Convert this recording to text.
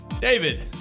David